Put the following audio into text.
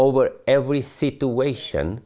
over every situation